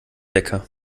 wecker